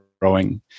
growing